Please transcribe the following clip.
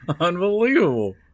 Unbelievable